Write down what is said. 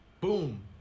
boom